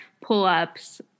pull-ups